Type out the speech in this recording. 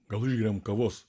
gal išgeriam kavos